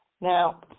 Now